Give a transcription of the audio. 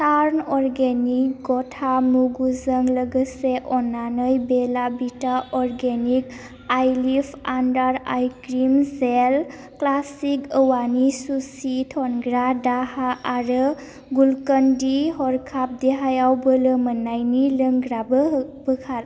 टार्न organic गथा मुगु जों लोगोसे अननानै Bella Vita organic eyelift under eye cream gel classic औवानि सुसि थनग्रा दाह्रा आरो ग्लुकन डि हरखाब देहायाव बोलोमोननायनि लोंग्राबो बोखार